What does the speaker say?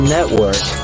Network